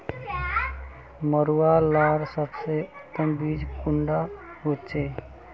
मरुआ लार सबसे उत्तम बीज कुंडा होचए?